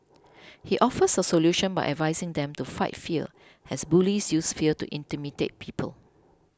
he offers a solution by advising them to fight fear as bullies use fear to intimidate people